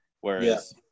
Whereas